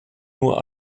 nur